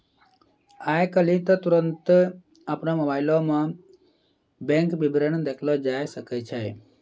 आइ काल्हि त तुरन्ते अपनो मोबाइलो मे बैंक विबरण देखलो जाय सकै छै